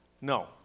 No